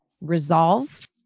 resolve